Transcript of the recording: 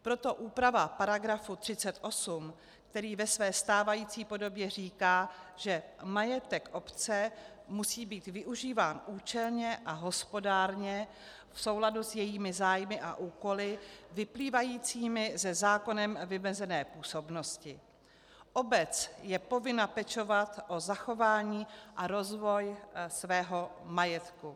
Proto úprava § 38, který ve své stávající podobě říká, že majetek obce musí být využíván účelně a hospodárně v souladu s jejími zájmy a úkoly vyplývajícími ze zákonem vymezené působnosti, obec je povinna pečovat o zachování a rozvoj svého majetku.